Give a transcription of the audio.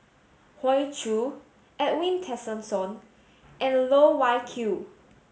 Hoey Choo Edwin Tessensohn and Loh Wai Kiew